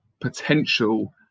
potential